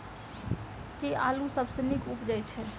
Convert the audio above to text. केँ आलु सबसँ नीक उबजय छै?